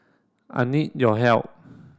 I need your help